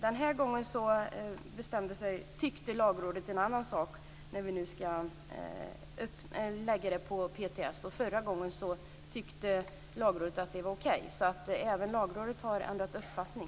Den här gången tyckte Lagrådet en annan sak angående PTS. Förra gången tyckte Lagrådet att det var okej. Även Lagrådet har ändrat uppfattning.